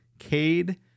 Cade